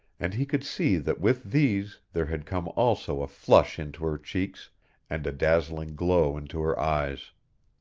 and he could see that with these there had come also a flush into her cheeks and a dazzling glow into her eyes.